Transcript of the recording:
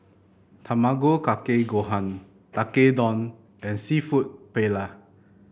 Tamago Kake Gohan Tekkadon and seafood Paella